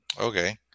okay